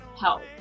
help